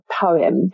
poem